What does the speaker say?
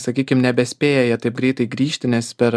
sakykim nebespėja jie taip greitai grįžti nes per